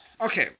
Okay